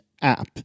app